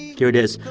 here it is.